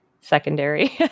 secondary